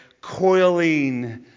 Coiling